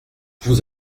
vous